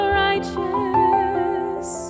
righteous